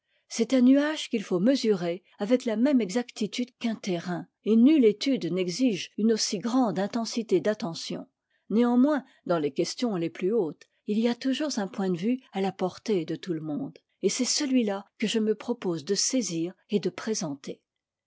c'est un nuage qu'if faut mesurer avec la même exactitude qu'un terrain et nulle étude n'exige une aussi grande intensité d'attention néanmoins dans les questions les plus hautes il y a toujours un point de vue à la portée de tout le monde et c'est celui-là que je me propose de saisir et de présenter